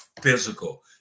physical